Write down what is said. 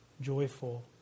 joyful